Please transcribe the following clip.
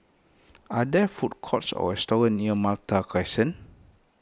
are there food courts or restaurants near Malta Crescent